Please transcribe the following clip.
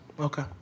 Okay